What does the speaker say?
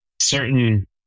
certain